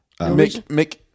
Mick